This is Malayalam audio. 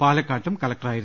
പാലക്കാട്ടും കലക്ട റായിരുന്നു